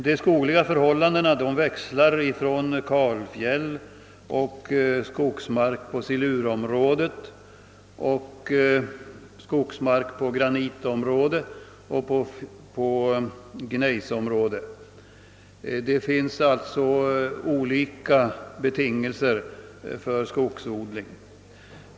De skogliga förhållandena i övningsområdet omfattar kalfjäll samt skogsmark på silurområdet, granitområdet och gnejsområdet. Det finns alltså olika betingelser för skogsodling.